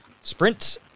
Sprint